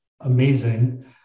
amazing